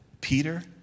Peter